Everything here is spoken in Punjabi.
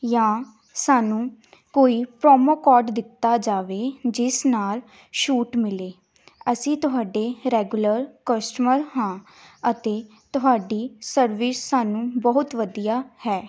ਜਾਂ ਸਾਨੂੰ ਕੋਈ ਪਰੋਮੋ ਕੋਡ ਦਿੱਤਾ ਜਾਵੇ ਜਿਸ ਨਾਲ ਛੂਟ ਮਿਲੇ ਅਸੀਂ ਤੁਹਾਡੇ ਰੈਗੂਲਰ ਕਸਟਮਰ ਹਾਂ ਅਤੇ ਤੁਹਾਡੀ ਸਰਵਿਸ ਸਾਨੂੰ ਬਹੁਤ ਵਧੀਆ ਹੈ